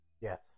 Yes